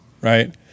right